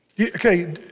Okay